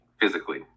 physically